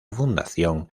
fundación